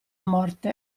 morte